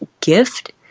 gift